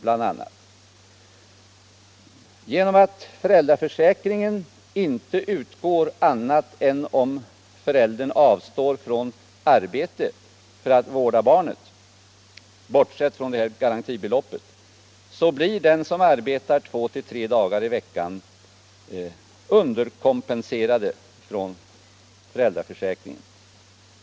Eftersom ersättning från föräldraförsäkring inte utgår annat än om föräldern avstår från arbete för att vårda barnet — bortsett från garantibeloppet — blir den som arbetar två till tre dagar i veckan underkompenserad från föräldraförsäkringen.